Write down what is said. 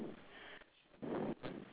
that's the difference ah